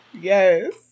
Yes